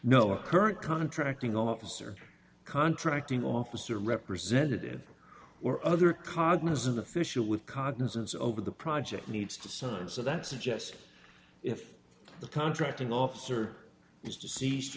or current contracting officer contracting officer representative or other cognizant official with cognizance over the project needs to so and so that suggests if the contracting officer is deceased